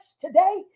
today